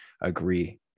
agree